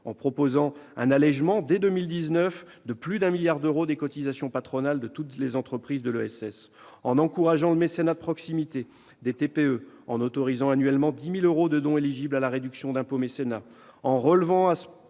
en proposant un allégement, dès 2019, de 1,4 milliard d'euros des cotisations patronales de toutes les entreprises de l'ESS, en encourageant le mécénat de proximité des TPE, en autorisant annuellement 10 000 euros de dons éligibles à la réduction d'impôt mécénat,